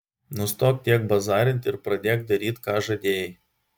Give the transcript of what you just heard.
nustok tiek bazarint ir pradėk daryt ką žadėjai